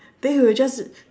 then he will just